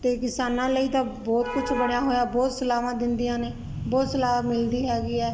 ਤੇ ਕਿਸਾਨਾਂ ਲਈ ਤਾਂ ਬਹੁਤ ਕੁਝ ਬਣਿਆ ਹੋਇਆ ਬਹੁਤ ਸਲਾਵਾਂ ਦਿੰਦੀਆਂ ਨੇ ਬਹੁਤ ਸਲਾਹ ਮਿਲਦੀ ਹੈਗੀ ਹੈ